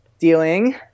Dealing